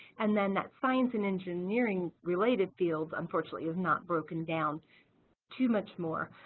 and then that science and engineering related field unfortunately is not broken down too much more.